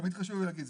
תמיד חשוב לי להגיד,